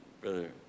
Brother